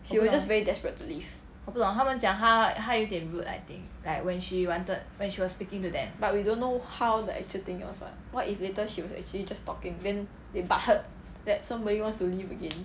she was just very desperate to leave but we don't know how the actual thing was what what if later she was actually just talking then they but heard that somebody wants to leave again